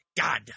God